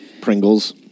Pringles